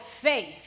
faith